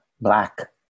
black